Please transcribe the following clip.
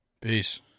Peace